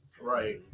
Right